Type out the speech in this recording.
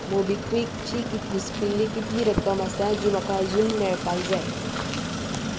मोबीक्विकची घुसपल्ली कितली रक्कम आसा जी म्हाका अजून मेळपाक जाय